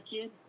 kid